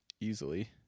easily